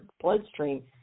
bloodstream